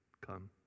come